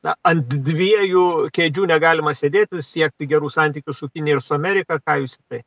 na ant dviejų kėdžių negalima sėdėti siekti gerų santykių su kinija ir su amerika ką jūs į tai